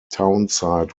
townsite